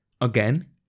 Again